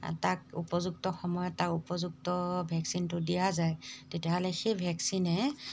তাক উপযুক্ত সময়ত তাক উপযুক্ত ভেকচিনটো দিয়া যায় তেতিয়াহ'লে সেই ভেকচিনে